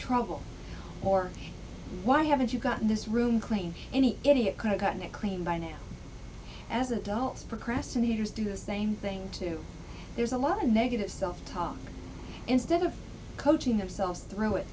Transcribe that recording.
trouble or why haven't you gotten this room clean any idiot could have gotten it clean by now as an adult procrastinators do the same thing too there's a lot of negative self talk instead of coaching themselves through it